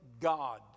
God